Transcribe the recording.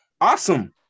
Awesome